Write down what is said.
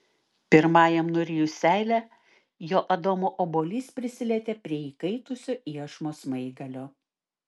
pirmajam nurijus seilę jo adomo obuolys prisilietė prie įkaitusio iešmo smaigalio